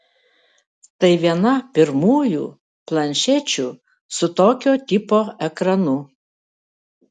tai viena pirmųjų planšečių su tokio tipo ekranu